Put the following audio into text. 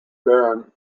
baron